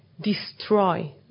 destroy